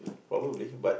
probably but